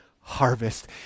harvest